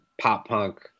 pop-punk